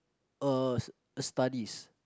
uh studies